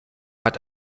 hat